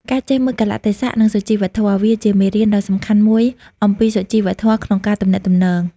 ការចេះមើលកាលៈទេសៈ និងសុជីវធម៌ វាជាមេរៀនដ៏សំខាន់មួយអំពី សុជីវធម៌ ក្នុងការទំនាក់ទំនង។